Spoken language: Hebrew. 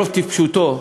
ברוב טיפשותו,